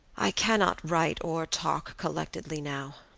i cannot write or talk collectedly now.